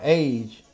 age